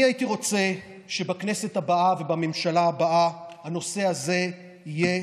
אני הייתי רוצה שבכנסת הבאה ובממשלה הבאה הנושא הזה יהיה